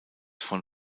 von